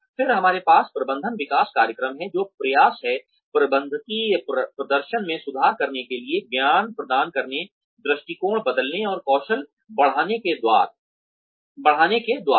फिर हमारे पास प्रबंधन विकास कार्यक्रम हैं जो प्रयास हैं प्रबंधकीय प्रदर्शन में सुधार करने के लिए ज्ञान प्रदान करने दृष्टिकोण बदलने और कौशल बढ़ाने के द्वारा